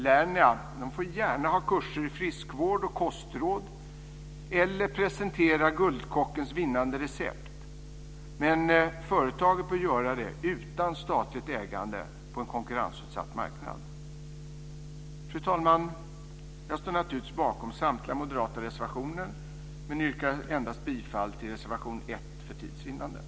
Lernia får gärna ha kurser i friskvård och kostråd eller presentera "guldkockens vinnande recept", men företaget bör göra det utan statligt ägande på en konkurrensutsatt marknad. Fru talman! Jag står naturligtvis bakom samtliga moderata reservationer men yrkar för tids vinnande bifall endast till reservation 1.